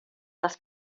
les